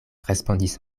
respondis